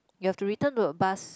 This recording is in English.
you have to return to a bus